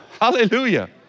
Hallelujah